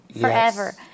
forever